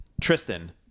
Tristan